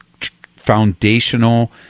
foundational